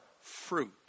fruit